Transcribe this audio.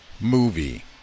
movie